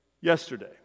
yesterday